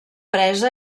presa